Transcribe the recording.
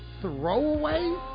throwaway